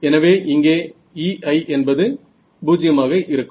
எனவே இங்கே Ei என்பது 0 ஆக இருக்கும்